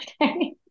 Okay